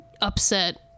upset